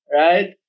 right